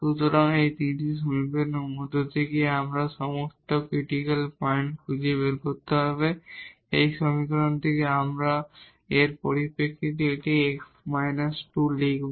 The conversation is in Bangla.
সুতরাং এই তিনটি সমীকরণের মধ্যে থেকে আমাদের সমস্ত ক্রিটিকাল পয়েন্ট খুঁজে বের করতে হবে এই সমীকরণ থেকে প্রথমে আমরা এর পরিপ্রেক্ষিতে এটি x − 2 লিখব